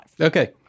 Okay